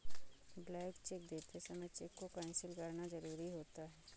blank cheque देते समय cheque को कैंसिल करना जरुरी होता है